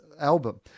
album